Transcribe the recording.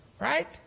right